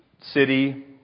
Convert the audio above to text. city